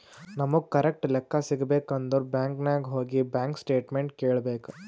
ನಮುಗ್ ಕರೆಕ್ಟ್ ಲೆಕ್ಕಾ ಸಿಗಬೇಕ್ ಅಂದುರ್ ಬ್ಯಾಂಕ್ ನಾಗ್ ಹೋಗಿ ಬ್ಯಾಂಕ್ ಸ್ಟೇಟ್ಮೆಂಟ್ ಕೇಳ್ಬೇಕ್